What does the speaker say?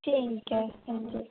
ठीक ऐ हां जी